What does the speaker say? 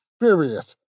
furious